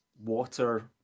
water